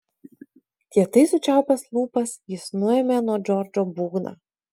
kietai sučiaupęs lūpas jis nuėmė nuo džordžo būgną